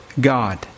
God